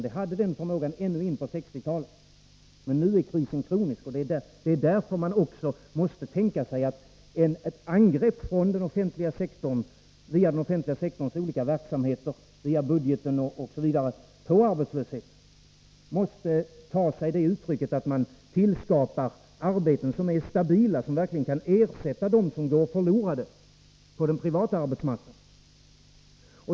Systemet hade den förmågan ännu in på 1960-talet, men nu är krisen kronisk. Det är därför som man också måste tänka sig att ett angrepp på arbetslösheten via den offentliga sektorns olika verksamheter, via budgeten osv. måste ta sig det uttrycket att man skapar arbeten som är stabila och som verkligen kan ersätta dem som går förlorade på den privata arbetsmarknaden.